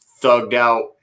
thugged-out